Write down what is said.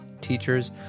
teachers